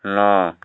ନଅ